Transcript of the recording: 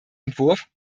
entwurf